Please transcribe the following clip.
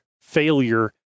failure